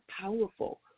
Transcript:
powerful